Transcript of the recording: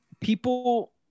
people